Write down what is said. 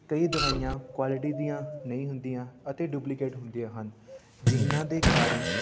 ਕਈ ਦਵਾਈਆਂ ਕੁਆਲਿਟੀ ਦੀਆਂ ਨਹੀਂ ਹੁੰਦੀਆਂ ਅਤੇ ਡੁਪਲੀਕੇਟ ਹੁੰਦੀਆਂ ਹਨ ਜਿਨ੍ਹਾਂ ਦੇ ਕਾਰਨ